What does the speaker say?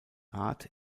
art